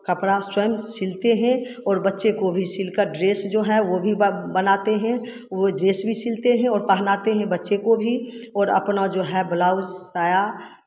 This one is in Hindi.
कपड़ा स्वयं सिलते हैं और बच्चे को भी सिलकर ड्रेस जो है ब बनाते हैं वो ड्रेस भी सिलते हैं और पहनाते हैं बच्चे को भी और अपना जो है ब्लाउज साया